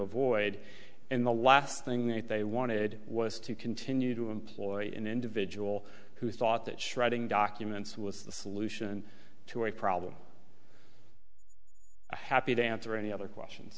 avoid in the last thing that they wanted was to continue to employ an individual who thought that shredding documents was the solution to a problem i'm happy to answer any other